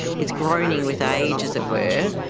it's groaning with age, as it were,